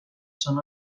són